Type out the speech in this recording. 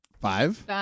Five